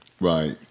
Right